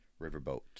riverboat